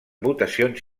votacions